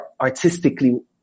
artistically